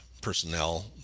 personnel